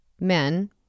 men